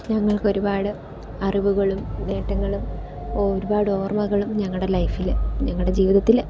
ഞങ്ങൾക്ക് ഒരുപാട് അറിവുകളും നേട്ടങ്ങളും ഒരുപാട് ഓർമ്മകളും ഞങ്ങളുടെ ലൈഫിൽ ഞങ്ങളുടെ ജീവിതത്തിൽ